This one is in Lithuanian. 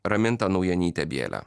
raminta naujanytė bjelė